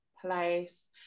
place